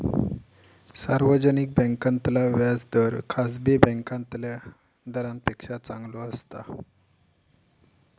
सार्वजनिक बॅन्कांतला व्याज दर खासगी बॅन्कातल्या दरांपेक्षा चांगलो असता